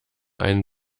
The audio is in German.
einen